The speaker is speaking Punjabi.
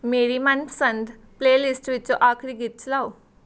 ਮੇਰੀ ਮਨਪਸੰਦ ਪਲੇਲਿਸਟ ਵਿੱਚੋਂ ਆਖਰੀ ਗੀਤ ਚਲਾਓ